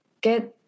get